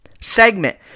segment